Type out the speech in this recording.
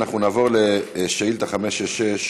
אנחנו נעבור לשאילתה 566,